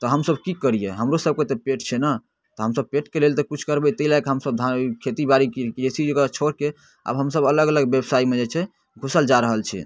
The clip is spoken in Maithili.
तऽ हमसभ कि करिए हमरोसभके तऽ पेट छै ने तऽ हमसभ पेटके लेल तऽ किछु करबै ताहि लऽ कऽ हमसभ धा खेतीबाड़ी कृषि जगह छोड़िके आब हमसभ अलग अलग बेवसाइमे जे छै घुसल जा रहल छिए